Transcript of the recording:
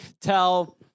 tell